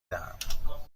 دهم